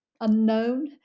unknown